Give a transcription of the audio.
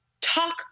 talk